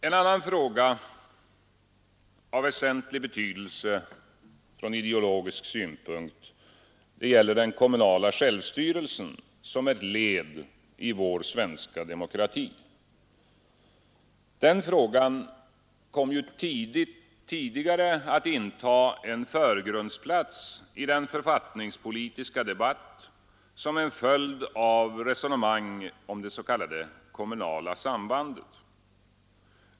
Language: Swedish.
En annan fråga av väsentlig betydelse från ideologisk synpunkt gäller den kommunala självstyrelsen som ett led i vår svenska demokrati. Den frågan kom ju tidigare att inta en förgrundsplats i den författningspolitiska debatten som en följd av resonemang om det s.k. kommunala sambandet.